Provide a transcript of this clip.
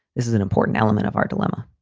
this is an important element of our dilemma.